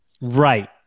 Right